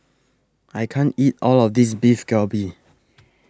I can't eat All of This Beef Galbi